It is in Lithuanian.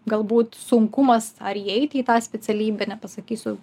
galbūt sunkumas ar įeiti į tą specialybę nepasakysiu